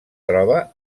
troba